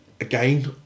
again